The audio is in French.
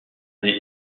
des